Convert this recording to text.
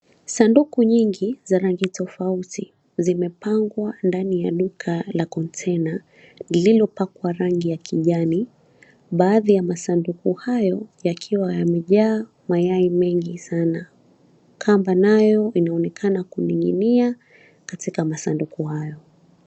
Sanduku nyingi za rangi tofauti zimepangwa ndani ya duka la container lililopakwa rangi ya kijani. Baadhi ya masanduku hayo yakiwa yamejaa mayai mengi sana. Kamba nayo inaonekana kuning'inia katika masanduku hayo.